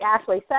ashley